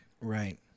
Right